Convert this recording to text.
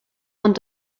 ond